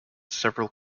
several